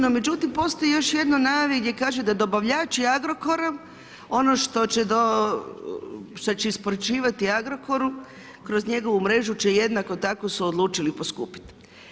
No međutim, postoji još jedna najava gdje kaže da dobavljači Agrokora ono što će isporučivati Agrokoru kroz njegovu mrežu će jednako tako su odlučili poskupiti.